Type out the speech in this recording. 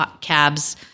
cabs